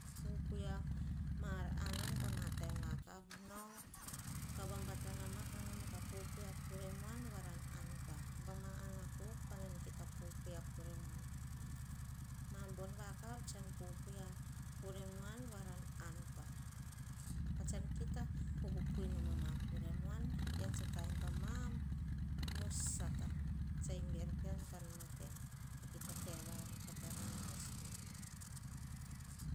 Pupui ah ma ar anan pama bon vakavu nau kah vabatanama. Kah noma kah pupui ah kuremuan. Varon an pa, bai ana kuk, panan kita pupui ah kuremuan. Ma bon vakav. Sahan pupui nom a kuremuan ean saha goneim pa mos vasata. Saha ember pean kan matem. Kah kita po tareano osvi.